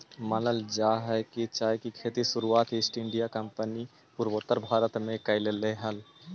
मानल जा हई कि चाय के खेती के शुरुआत ईस्ट इंडिया कंपनी पूर्वोत्तर भारत में कयलई हल